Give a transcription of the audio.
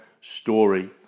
story